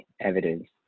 evidence